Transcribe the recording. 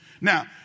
Now